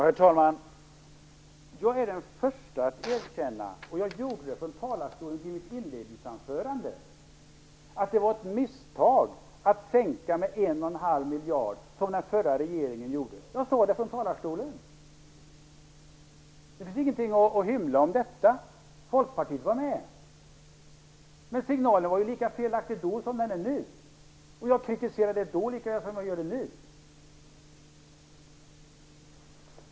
Herr talman! Jag är den första att erkänna att det var ett misstag att sänka biståndet med 1,5 miljarder, som den förra regeringen gjorde. Jag erkände det från talarstolen i mitt inledningsanförande. Det är ingenting att hymla om. Folkpartiet var med, men signalen var lika felaktig då som den är nu. Jag kritiserade det då lika väl som jag gör det nu.